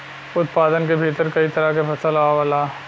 उत्पादन के भीतर कई तरह के फसल आवला